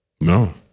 no